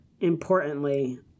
importantly